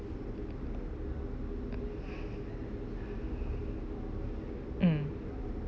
mm